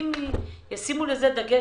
אני אשמח שישימו על זה דגש.